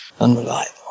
unreliable